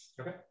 Okay